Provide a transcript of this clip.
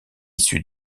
issues